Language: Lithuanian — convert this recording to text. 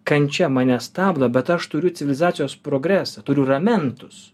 kančia mane stabdo bet aš turiu civilizacijos progresą turiu ramentus